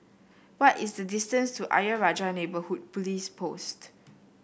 what is the distance to Ayer Rajah Neighbourhood Police Post